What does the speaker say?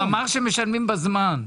הוא אמר שמשלמים בזמן.